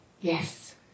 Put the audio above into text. yes